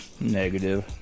Negative